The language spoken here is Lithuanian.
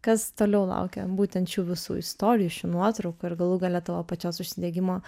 kas toliau laukia būtent šių visų istorijų šių nuotraukų ir galų gale tavo pačios užsidegimo